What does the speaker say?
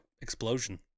explosion